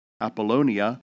Apollonia